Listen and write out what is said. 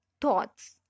thoughts